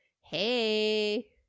Hey